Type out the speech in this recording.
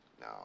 No